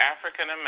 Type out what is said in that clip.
African